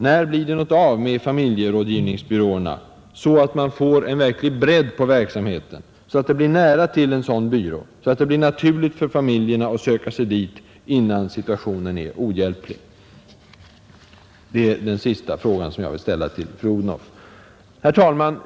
När blir det något av med familjerådgivningsbyråerna så att man får en verklig bredd på verksamheten, så att det blir nära till en sådan byrå, så att det blir naturligt för familjerna att söka sig dit innan situationen är ohjälplig? Det är den sista frågan som jag vill ställa till fru Odhnoff. Herr talman!